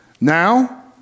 Now